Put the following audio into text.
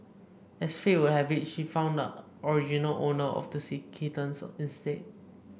as fate would have it she found the original owner of the see kittens instead